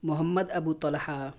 Muhammad Abu Talha